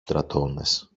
στρατώνες